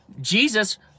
Jesus